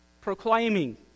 proclaiming